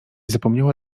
zapomniała